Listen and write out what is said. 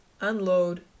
unload